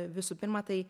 visų pirma tai